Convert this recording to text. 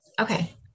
Okay